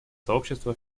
сообщества